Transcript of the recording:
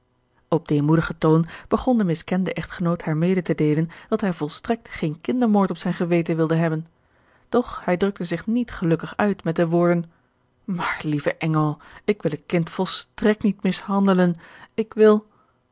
op demoedigen toon begon de miskende echtgenoot haar mede te deelen dat hij volstrekt geen kindermoord op zijn geweten wilde hebben doch hij drukte zich niet gelukkig uit met de woorden maar lieve engel ik wil het kind volstrekt niet mishandelen ik wil